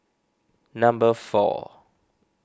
number four